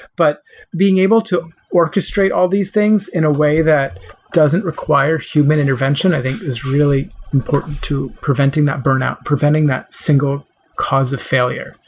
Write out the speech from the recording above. but being able to orchestrate all the things in a way that doesn't require human intervention i think is really important to preventing that burnout, preventing that single cause of failure.